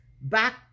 back